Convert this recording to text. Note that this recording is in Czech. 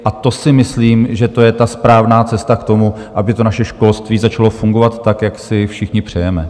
A to si myslím, že to je ta správná cesta k tomu, aby naše školství začalo fungovat tak, jak si všichni přejeme.